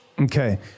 okay